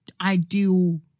ideal